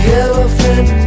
elephant